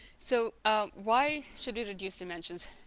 so why should we reduce dimensions